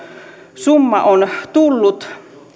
summa on tullut